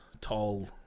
tall